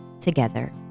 together